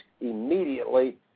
immediately